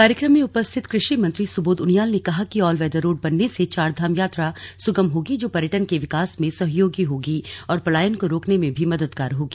कार्यक्रम में उपस्थित कृषि मेंत्री सुबोध उनियाल ने कहा कि ऑल वेदर रोड बनने से चारधाम यात्रा सुगम होगी जो पर्यटन के विकास में सहयोगी होगी और पलायन को रोकने में भी मददगार होगी